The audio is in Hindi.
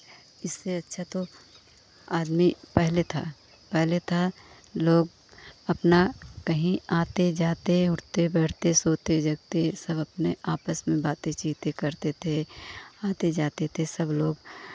इससे अच्छा तो आदमी पहले था पहले था लोग अपना कहीं आते जाते उठते बैठते सोते जगते सब अपने आपस में बाते चीते करते थे आते जाते थे सब लोग